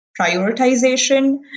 prioritization